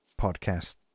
podcast